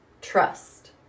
trust